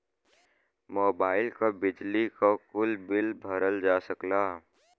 mobile क, बिजली क, कुल बिल भरल जा सकला